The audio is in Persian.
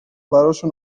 براشون